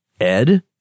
Ed